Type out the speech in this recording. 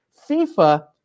FIFA